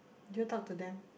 do you talk to them